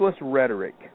rhetoric